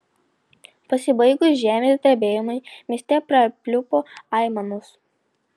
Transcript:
pasibaigus žemės drebėjimui mieste prapliupo aimanos